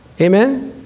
Amen